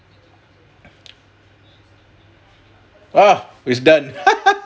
ah it's done